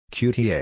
QtA